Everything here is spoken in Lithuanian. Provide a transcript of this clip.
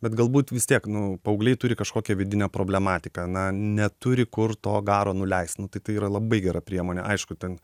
bet galbūt vis tiek nu paaugliai turi kažkokią vidinę problematiką na neturi kur to garo nuleist nu tai tai yra labai gera priemonė aišku ten